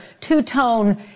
two-tone